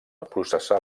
processar